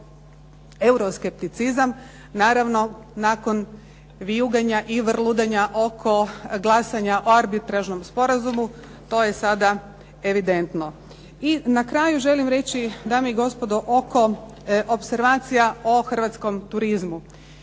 euroskepticizam. Naravno nakon vijuganja i vrludanja oko glasanja o Arbitražnom sporazumu to je sada evidentno. I na kraju želim reći, dame i gospodo, oko opservacija o hrvatskom turizmu.